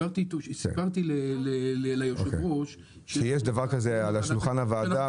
סיפרתי ליושב-ראש --- שיש דבר כזה על שולחן הוועדה,